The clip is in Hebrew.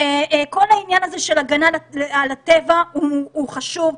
כל העניין הזה של הגנה על הטבע הוא חשוב,